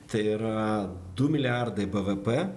tai yra du milijardai bvp